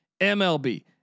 MLB